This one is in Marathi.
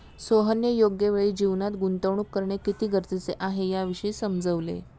सोहनने योग्य वेळी जीवनात गुंतवणूक करणे किती गरजेचे आहे, याविषयी समजवले